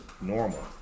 normal